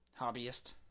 hobbyist